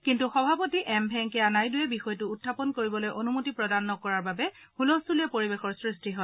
কিন্তু সভাপতি এম ভেংকায়া নাইডুৱে বিষয়টো উখাপন কৰিবলৈ অনুমতি প্ৰদান নকৰাৰ বাবে হুলস্থূলীয়া পৰিৱেশৰ সৃষ্টি হয়